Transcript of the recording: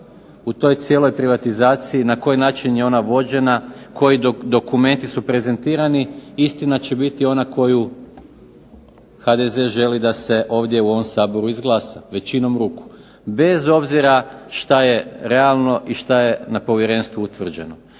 u toj cijeloj privatizaciji na koji način je ona vođena, koji dokumenti su prezentirani istina će biti ona koju HDZ želi da se ovdje u ovom Saboru izglasa, većinom ruku. Bez obzira što je realno i što je na Povjerenstvu utvrđeno.